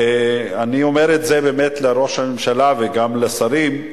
אני אומר את זה לראש הממשלה וגם לשרים,